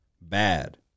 Bad